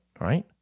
right